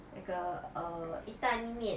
那个 err 意大利面